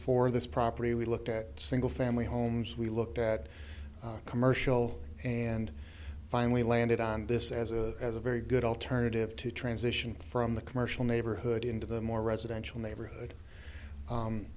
for this property we looked at single family homes we looked at commercial and finally landed on this as a as a very good alternative to transition from the commercial neighborhood into the more residential neighborhood